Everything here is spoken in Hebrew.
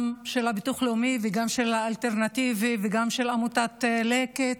גם של הביטוח הלאומי וגם של האלטרנטיבי וגם של עמותת לקט,